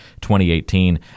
2018